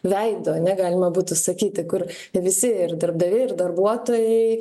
veidu ane galima būtų sakyti kur visi ir darbdaviai ir darbuotojai